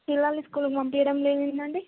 పిల్లల్ని స్కూల్కి పంపించడం లేదు ఏంటండి